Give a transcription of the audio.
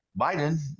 Biden